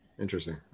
Interesting